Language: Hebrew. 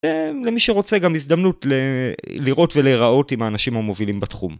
למי שרוצה גם הזדמנות לראות ולהיראות עם האנשים המובילים בתחום.